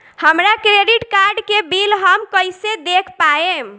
हमरा credit card के bill हम कइसे देख पाएम?